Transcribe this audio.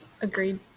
Agreed